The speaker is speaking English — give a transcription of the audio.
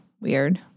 weird